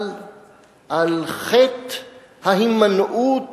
על חטא ההימנעות